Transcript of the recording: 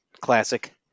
Classic